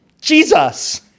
Jesus